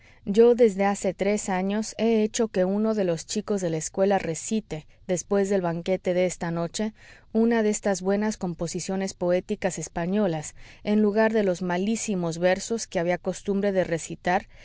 yo desde hace tres años he hecho que uno de los chicos de la escuela recite después del banquete de esta noche una de estas buenas composiciones poéticas españolas en lugar de los malísimos versos que había costumbre de recitar